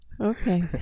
Okay